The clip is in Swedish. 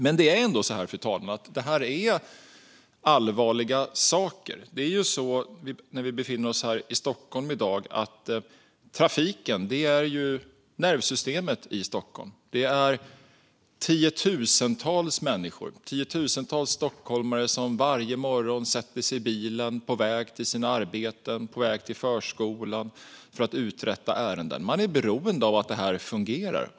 Men det är ändå så, fru talman, att det här är allvarliga saker. Vi befinner oss i Stockholm, där trafiken är nervsystemet. Det är tiotusentals människor, tiotusentals stockholmare, som varje morgon sätter sig i bilen på väg till arbetet, till förskolan eller för att uträtta ärenden. Man är beroende av att det här fungerar.